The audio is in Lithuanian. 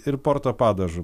ir porto padažu